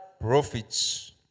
profits